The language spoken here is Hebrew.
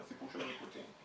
הסיפור של הניקוטין.